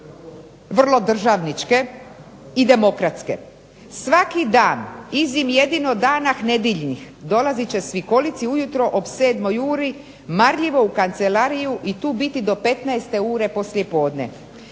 vrlo državničke i demokratske. Svaki dan izim jedino danah nediljnih dolazit će svikolici ujutro ob 7 uri marljivo u kancelariju i tu biti do 15 ure poslijepodne.